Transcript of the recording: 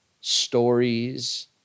stories